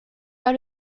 pas